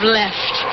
left